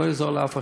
לא יעזור לאף אחד,